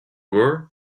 were